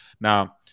Now